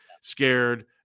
scared